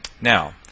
now